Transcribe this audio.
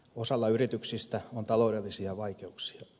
osalla yrityksistä on taloudellisia vaikeuksia